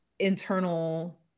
internal